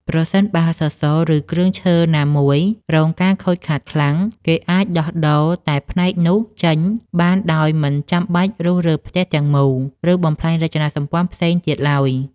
ប្រសិនបើសសរ ឬគ្រឿងឈើណាមួយរងការខូចខាតខ្លាំង គេអាចដោះដូរតែផ្នែកនោះចេញបានដោយមិនចាំបាច់រុះរើផ្ទះទាំងមូល ឬបំផ្លាញរចនាសម្ព័ន្ធផ្សេងទៀតឡើយ។